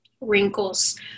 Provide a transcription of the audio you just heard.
wrinkles